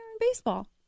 baseball